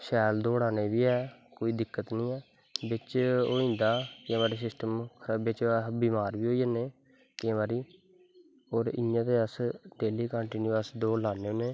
शैल दौड़ा ने बी ऐं कोई दिक्कत नी ऐ बिच्च होई जंदा केंई बारी सिस्टम बिच्च अस बिमार बी होई जन्नें केंई बारी और इयांते अस डेल्ली कांटीन्यू दौड़ लान्ने होनें